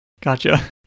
Gotcha